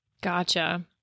Gotcha